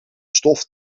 stof